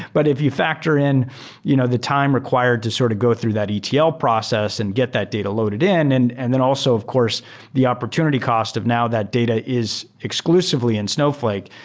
but if you factor in you know the time required to sort of go through that etl process and get that data loaded in and and then also of course the opportunity cost of now that data is exclusively in snowflake.